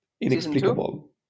inexplicable